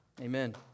Amen